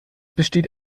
besteht